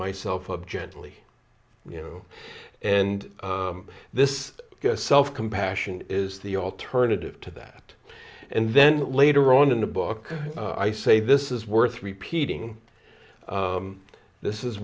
myself up gently you know and this self compassion is the alternative to that and then later on in the book i say this is worth repeating this is